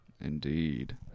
Indeed